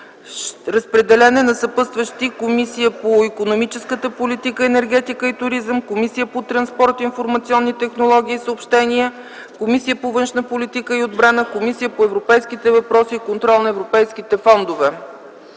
разпределен е на съпътстващи - Комисия по икономическата политика, енергетиката и туризма, Комисията по транспорта, информационните технологии и съобщенията, Комисия по външна политика и отбрана и Комисия по европейските въпроси и контрол на европейските фондове.